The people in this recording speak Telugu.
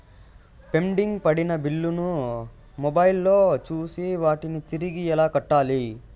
పెండింగ్ పడిన బిల్లులు ను మొబైల్ ఫోను లో చూసి వాటిని తిరిగి ఎలా కట్టాలి